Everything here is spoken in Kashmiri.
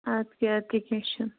اَدٕ کیٛاہ اَدٕ کیٛاہ کیٚنٛہہ چھُنہٕ